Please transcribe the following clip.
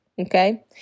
Okay